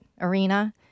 arena